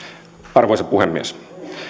arvoisa puhemies